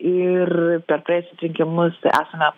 ir per praėjusius rinkimus esame